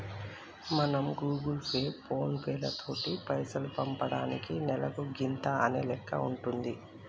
మరి మనం Google Pay ఫోన్ పేలతోటి పైసలు పంపటానికి నెలకు గింత అనే లెక్క ఉంటుంది